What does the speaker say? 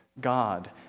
God